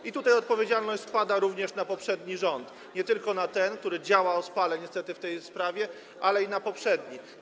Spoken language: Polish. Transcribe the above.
I tutaj odpowiedzialność spada również na poprzedni rząd, nie tylko na ten, który działa ospale w tej sprawie, ale i na poprzedni.